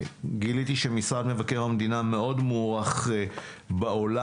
גיליתי שמשרד מבקר המדינה מאוד מוערך בעולם.